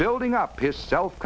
building up his self